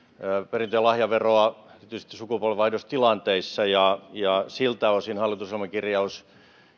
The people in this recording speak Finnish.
perintö ja lahjaveroa erityisesti sukupolvenvaihdostilanteissa ja ja siltä osin hallitusohjelman kirjaus